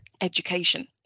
education